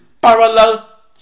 parallel